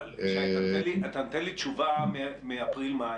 אתה נותן לי תשובה מאפריל-מאי.